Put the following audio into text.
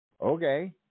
Okay